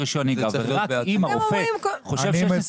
רק אם הרופא חושב שיש נסיבות מיוחדות,